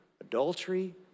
adultery